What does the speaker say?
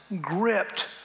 Gripped